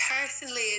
personally